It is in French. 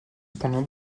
cependant